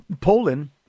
Poland